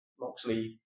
Moxley